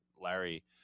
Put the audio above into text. Larry